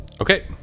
Okay